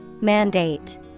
Mandate